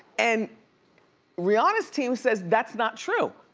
and rihanna's team says that's not true.